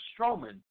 Strowman